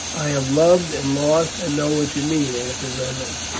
i have loved and lost, and know what you mean, answered reynolds.